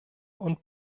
und